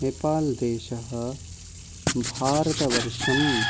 नेपाल् देशः भारतवर्षम्